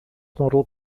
model